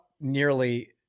nearly